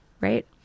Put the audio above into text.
right